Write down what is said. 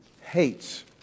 hates